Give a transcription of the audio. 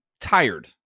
tired